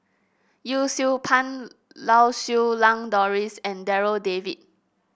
Yee Siew Pun Lau Siew Lang Doris and Darryl David